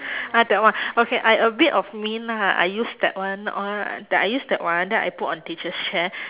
ah that one okay I a bit of mean lah I use that one al~ the I use that one then I put on teacher's chair